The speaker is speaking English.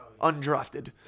Undrafted